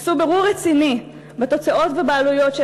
עשו בירור רציני בתוצאות ובעלויות של